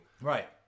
Right